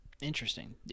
Interesting